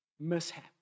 mishap